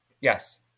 Yes